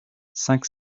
cinq